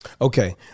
Okay